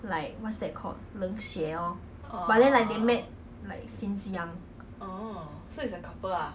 like what's that called 冷血 lor but then like they met like since young